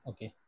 Okay